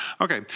Okay